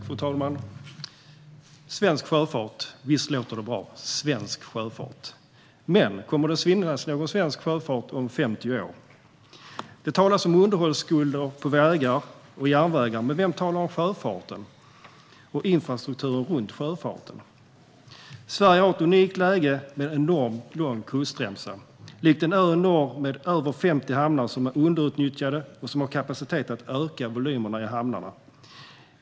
Fru talman! Svensk sjöfart - visst låter det bra! Men kommer det att finnas någon svensk sjöfart om 50 år? Det talas om underhållsskulder på vägar och järnvägar. Men vem talar om sjöfarten och infrastrukturen runt sjöfarten? Sverige har ett unikt läge med en enormt lång kustremsa, likt en ö i norr med över 50 hamnar som är underutnyttjade och som har kapacitet att kunna öka volymerna i hamnarna.